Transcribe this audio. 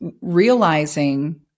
realizing